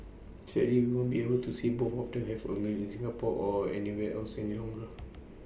sadly we won't be able to see both of them have A meal in Singapore or anywhere else any longer